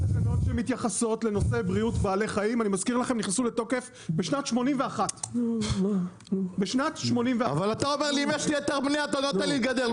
התקנות שמתייחסות לנושא בריאות בעלי חיים נכנסו לתוקף בשנת 1981. אבל אתה אומר שאם יש לי היתר בנייה אתה לא נותן לי לגדל.